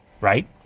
right